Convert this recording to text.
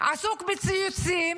עסוק בציוצים,